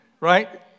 right